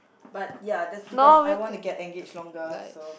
but ya that's because I want to get engage longer so